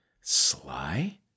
Sly